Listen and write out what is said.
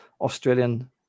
Australian